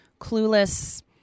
clueless